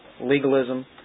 legalism